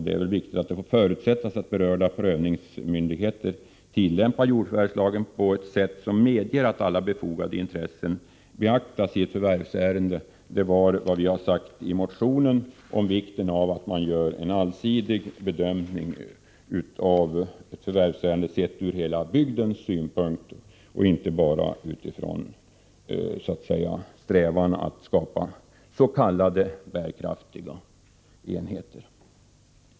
Det får förutsättas att berörda prövningsmyndigheter tillämpar JFL på ett sätt som medger att alla befogade intressen beaktas i ett jordförvärvsärende.” Det är vad vi har sagt i motionen, när vi betonat vikten av att man gör en allsidig bedömning av förvärvsärendet sett ur hela bygdens synpunkt och inte bara utifrån strävan att skapa s.k. bärkraftiga enheter.